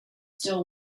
still